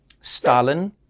Stalin